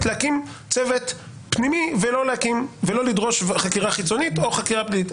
להקים צוות פנימי ולא לדרוש חקירה חיצונית או חקירה פלילית.